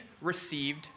received